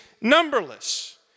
numberless